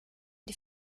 die